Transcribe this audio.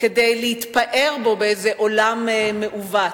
כדי להתפאר בו באיזה עולם מעוות.